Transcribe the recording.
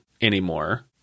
anymore